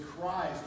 Christ